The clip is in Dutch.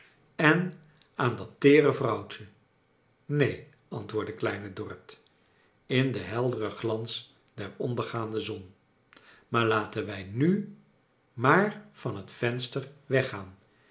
en aan het teere vrouwtje neen antwoordde kleine dorrit in den helderen glans der ondergaande zan maar laten wij nu maar van het venster weggaan